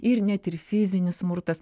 ir net ir fizinis smurtas